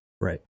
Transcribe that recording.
Right